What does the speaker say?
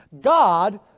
God